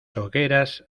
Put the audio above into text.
hogueras